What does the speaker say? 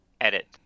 edit